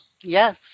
Yes